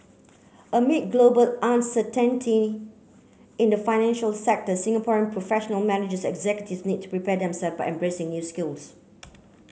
amid global uncertainty in the financial sector Singaporean professional managers executives need to prepare themself by embracing new skills